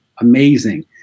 amazing